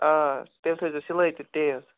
آ تَمہِ سۭتۍ ٲس سِلٲے تہِ تیٖز